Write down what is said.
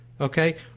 okay